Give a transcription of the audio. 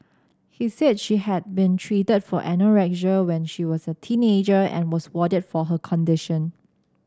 he said she had been treated for anorexia when she was a teenager and was warded for her condition